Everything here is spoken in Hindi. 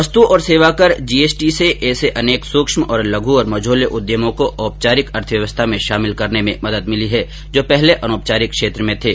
वस्तु और सेवा कर जीएसटी से ऐसे अनेक सूक्ष्म लघु और मझोले उद्यमों को औपचारिक अर्थव्यवस्था में शामिल करने में मदद मिली है जो पहले अनौपचारिक क्षेत्र में थे